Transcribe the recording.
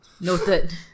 Noted